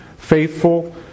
Faithful